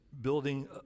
building